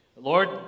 Lord